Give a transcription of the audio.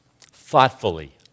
thoughtfully